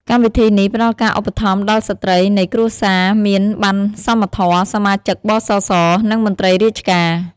កម្មវិធីនេះផ្តល់ការឧបត្ថម្ភដល់ស្ត្រីនៃគ្រួសារមានបណ្ណសមធម៌ សមាជិក ប.ស.ស. និងមន្ត្រីរាជការ។